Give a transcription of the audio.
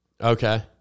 Okay